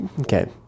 okay